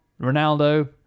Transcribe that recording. Ronaldo